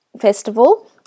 Festival